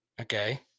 Okay